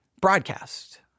Broadcast